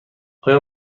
آیا